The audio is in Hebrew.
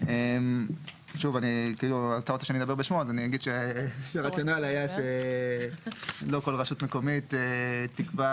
אז אני אגיד שהרציונל היה שלא כל רשות מקומית תקבע